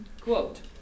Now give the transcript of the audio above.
Quote